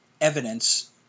evidence